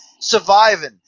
surviving